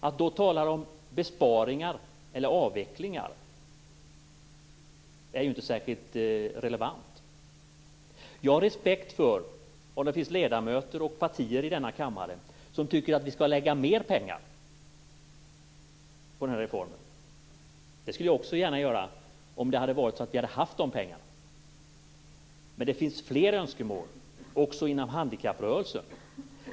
Att då tala om besparingar eller om en avveckling är inte särskilt relevant. Jag har respekt för om ledamöter och partier i denna kammare tycker att vi skall lägga mera pengar på den här reformen. Det skulle jag också gärna göra om det fanns pengar. Det finns emellertid fler önskemål också inom handikapprörelsen.